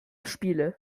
spiele